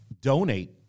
donate